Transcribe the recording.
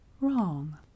wrong